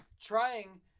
trying